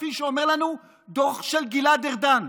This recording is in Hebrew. כפי שאומר לנו דוח של גלעד ארדן.